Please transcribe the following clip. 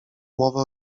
mowę